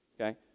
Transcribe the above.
Okay